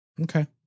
Okay